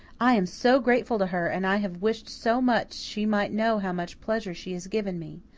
i am so grateful to her and i have wished so much she might know how much pleasure she has given me.